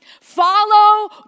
Follow